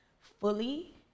fully